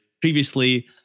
previously